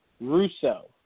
Russo